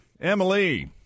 emily